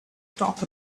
talk